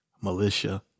Militia